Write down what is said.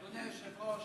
אדוני היושב-ראש,